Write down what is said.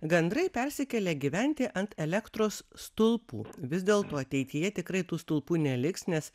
gandrai persikelia gyventi ant elektros stulpų vis dėlto ateityje tikrai tų stulpų neliks nes